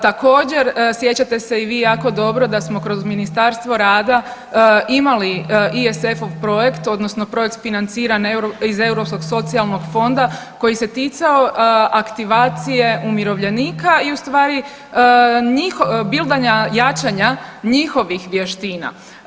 Također sjećate se i vi jako dobro da smo kroz Ministarstvo rada imali ISF-ov projekt, odnosno projekt financiran iz Europskog socijalnog fonda koji se ticao aktivacije umirovljenika i u stvari bildanja jačanja njihovih vještina.